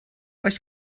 oes